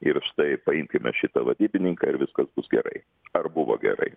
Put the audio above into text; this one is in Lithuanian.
ir štai paimkime šitą vadybininką ir viskas bus gerai ar buvo gerai